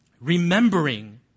remembering